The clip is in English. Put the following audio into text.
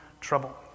trouble